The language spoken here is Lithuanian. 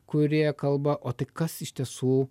kurie kalba o tai kas iš tiesų